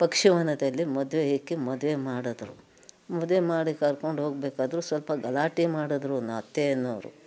ಪಕ್ಷಿವನದಲ್ಲಿ ಮದುವೆ ಇಕ್ಕಿ ಮದುವೆ ಮಾಡಿದ್ರು ಮದುವೆ ಮಾಡಿ ಕರ್ಕೊಂಡೋಗ್ಬೇಕಾದ್ರೂ ಸ್ವಲ್ಪ ಗಲಾಟೆ ಮಾಡಿದ್ರೂ ನಮ್ಮತ್ತೆ ಎನ್ನುವವರು